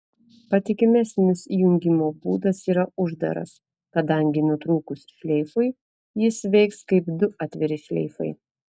patikimesnis jungimo būdas yra uždaras kadangi nutrūkus šleifui jis veiks kaip du atviri šleifai